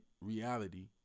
reality